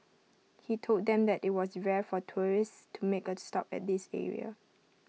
he told them that IT was rare for tourists to make A stop at this area